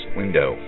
window